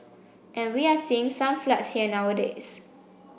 and we are seeing some floods here nowadays